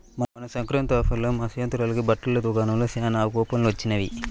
మొన్న సంక్రాంతి ఆఫర్లలో మా స్నేహితురాలకి బట్టల దుకాణంలో చానా కూపన్లు వొచ్చినియ్